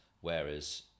Whereas